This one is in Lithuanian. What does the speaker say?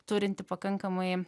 turinti pakankamai